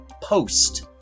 post